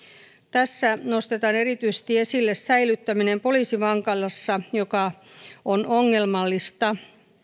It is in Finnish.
tässä nostetaan erityisesti esille säilyttäminen poliisivankilassa mikä on ongelmallista